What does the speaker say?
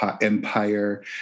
empire